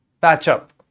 patch-up